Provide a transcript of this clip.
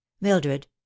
mildred